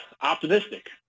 optimistic